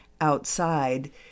outside